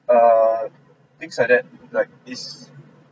err things like that like this